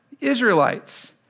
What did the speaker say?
Israelites